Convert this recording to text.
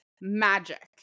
magic